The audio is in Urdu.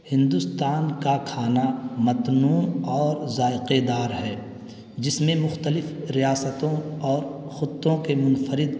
ہندوستان کا کھانا متنوع اور ذائقےدار ہے جس میں مختلف ریاستوں اور خطوں کے منفرد